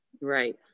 right